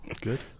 Good